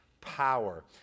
power